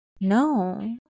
No